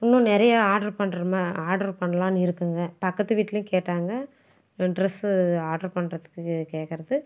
இன்னும் நிறையா ஆர்டர் பண்றோமா ஆர்டர் பண்ணலான்னு இருக்கேங்க பக்கத்து வீட்லையும் கேட்டாங்க ட்ரெஸ்ஸு ஆர்டர் பண்ணுறதுக்கு கேட்குறது